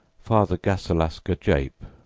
father gassalasca jape,